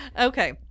Okay